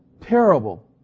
terrible